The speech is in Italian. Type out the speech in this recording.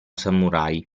samurai